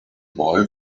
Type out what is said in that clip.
boy